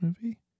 movie